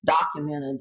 documented